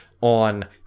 on